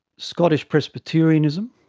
scottish presbyterianism,